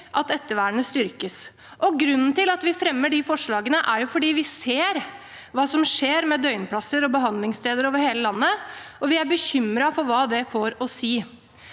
at ettervernet styrkes. Grunnen til at vi fremmer de forslagene, er at vi ser hva som skjer med døgnplasser og behandlingssteder over hele landet, og vi er bekymret for hva det får å si